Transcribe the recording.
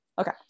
Okay